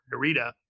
Narita